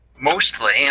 Mostly